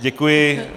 Děkuji.